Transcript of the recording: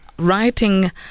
writing